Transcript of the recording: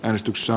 äänestyksissä